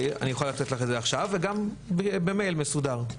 אני יכול לתת לך את זה עכשיו וגם במייל מסודר.